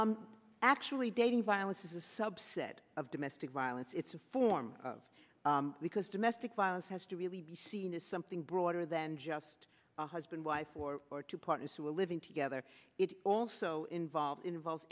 well actually dating violence is a subset of domestic violence it's a form of because domestic violence has to really be seen as something broader than just a husband wife or or two partners who are living together it also involves invo